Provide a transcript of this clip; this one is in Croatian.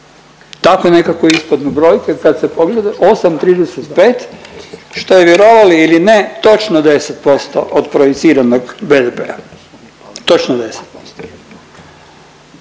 tako nekako ispadnu brojke kad se pogleda 8,35 što je vjerovali ili ne točno 10% od projiciranog BDP-a, točno 10%,